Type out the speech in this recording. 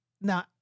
Now